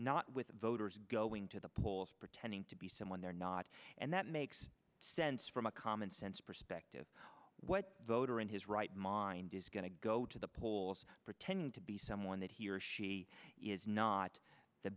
not with voters going to the polls pretending to be someone they're not and that makes sense from a commonsense perspective what those are in his right mind is going to go to the polls pertaining to be someone that he or she is not th